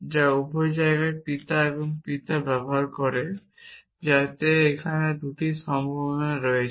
যা উভয় জায়গায় পিতা এবং পিতা ব্যবহার করে যাতে এখানে 2টি সম্ভাবনা রয়েছে